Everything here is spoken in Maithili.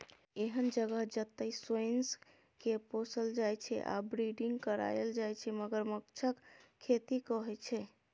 एहन जगह जतय सोंइसकेँ पोसल जाइ छै आ ब्रीडिंग कराएल जाइ छै मगरमच्छक खेती कहय छै